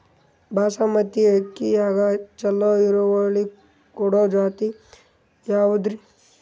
ಬಾಸಮತಿ ಅಕ್ಕಿಯಾಗ ಚಲೋ ಇಳುವರಿ ಕೊಡೊ ಜಾತಿ ಯಾವಾದ್ರಿ?